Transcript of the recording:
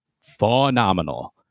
phenomenal